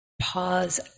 pause